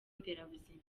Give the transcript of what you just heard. nderabuzima